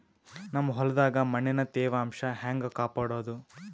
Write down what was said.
ನಮ್ ಹೊಲದಾಗ ಮಣ್ಣಿನ ತ್ಯಾವಾಂಶ ಹೆಂಗ ಕಾಪಾಡೋದು?